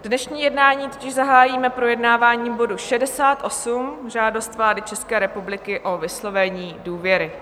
Dnešní jednání totiž zahájíme projednáváním bodu 68, Žádost vlády České republiky o vyslovení důvěry.